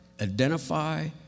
Identify